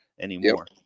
anymore